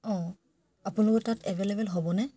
অঁ আপোনালোকৰ তাত এভেইলেবল হ'বনে